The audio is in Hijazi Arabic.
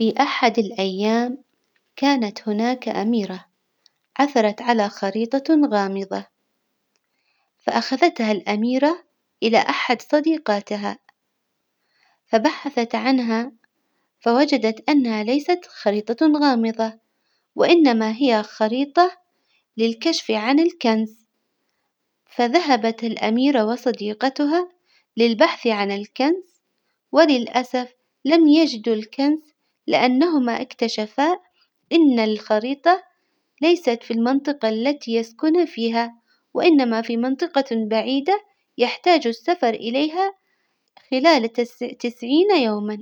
في أحد الأيام كانت هناك أميرة عثرت على خريطة غامظة، فأخذتها الأميرة إلى أحد صديقاتها فبحثت عنها فوجدت إنها ليست خريطة غامظة، وإنما هي خريطة للكشف عن الكنز، فذهبت الأميرة وصديقتها للبحث عن الكنز، وللأسف لم يجدوا الكنز، لأنهما إكتشفا إن الخريطة ليست في المنطقة التي يسكنوا فيها، وإنما في منطقة بعيدة يحتاج السفر إليها خلال تس- تسعين يوما.